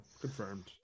Confirmed